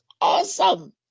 awesome